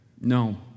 No